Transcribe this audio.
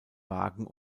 wagen